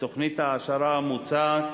לתוכנית ההעשרה המוצעת,